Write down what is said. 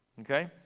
Okay